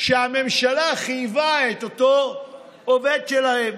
שהממשלה חייבה בהם את אותו עובד שלהם.